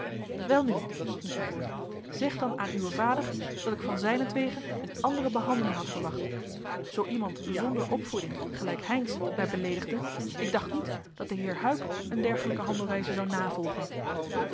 welnu ging zij voort zeg dan aan uwen vader dat ik van zijnentwege een andere behandeling had verwacht zoo iemand zonder opvoeding gelijk heynsz mij beleedigde ik dacht niet dat de heer huyck een dergelijke handelwijze zou navolgen